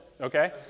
okay